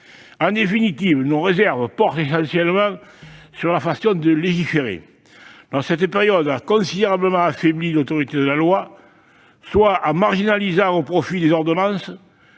En définitive, nos réserves portent essentiellement sur la façon de légiférer. Cette période a considérablement affaibli l'autorité de la loi, soit en la marginalisant au profit des ordonnances,